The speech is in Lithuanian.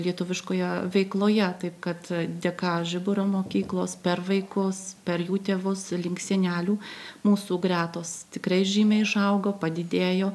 lietuviškoje veikloje taip kad dėka žiburio mokyklos per vaikus per jų tėvus link sienelių mūsų gretos tikrai žymiai išaugo padidėjo